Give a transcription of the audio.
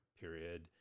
Period